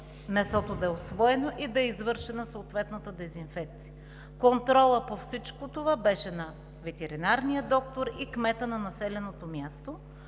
месото да е усвоено и да е извършена съответната дезинфекция. Контролът по всичко това беше на ветеринарния доктор и кмета на населеното място,